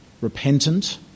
repentant